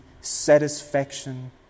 satisfaction